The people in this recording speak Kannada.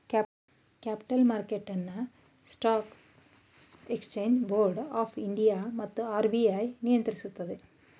ಕ್ಯಾಪಿಟಲ್ ಮಾರ್ಕೆಟ್ ಅನ್ನು stock exchange board of India ಮತ್ತು ಆರ್.ಬಿ.ಐ ನಿಯಂತ್ರಿಸುತ್ತದೆ